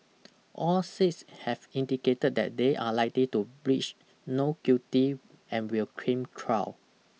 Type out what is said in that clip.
all six have indicated that they are likely to pleach not guilty and will cream trial